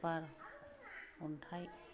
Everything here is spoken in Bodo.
बार अन्थाइ